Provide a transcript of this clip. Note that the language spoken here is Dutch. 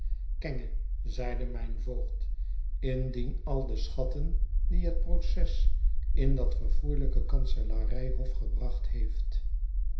zeide mijn voogd indien al de schatten die het proces in dat verfoeilijke kanselarij hof gebracht heeft